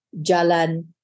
Jalan